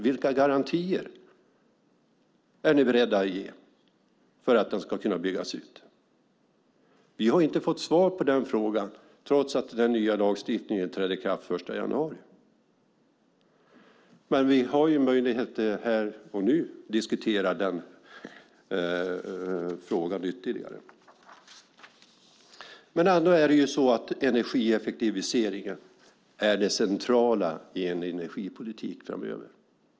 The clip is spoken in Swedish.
Vilka garantier är ni beredda att ge för att den ska kunna byggas ut? Vi har inte fått svar på den frågan trots att den nya lagstiftningen träder i kraft den 1 januari, men vi har ju möjligheten här och nu att diskutera den frågan ytterligare. Energieffektiviseringen är ändå det centrala i en energipolitik framöver.